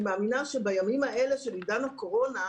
אני מאמינה שהימים האלה של עידן הקורונה,